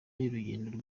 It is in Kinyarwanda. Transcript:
y’urugendo